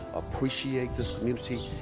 appreciate this community,